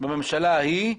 מהממשלה ההיא,